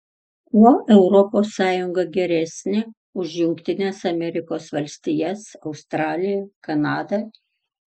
kuo europos sąjunga geresnė už jungtines amerikos valstijas australiją kanadą